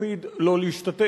מקפיד לא להשתתף,